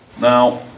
Now